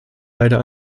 leider